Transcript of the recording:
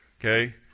Okay